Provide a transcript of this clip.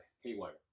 Haywire